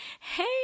hey